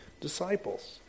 disciples